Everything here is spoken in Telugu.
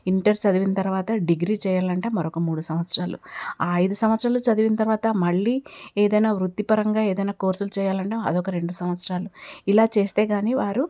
ఇంటర్ చదివిన తరువాత డిగ్రీ చేయాలంటే మరొక మూడు సంవత్సరాలు ఆ ఐదు సంవత్సరాలు చదివిన తరువాత మళ్ళీ ఏదైనా వృత్తిపరంగా ఏదైనా కోర్సులు చేయాలన్నా అది ఒక రెండు సంవత్సరాలు ఇలా చేస్తే కానీ వారు